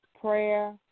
prayer